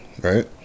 right